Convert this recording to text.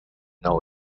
know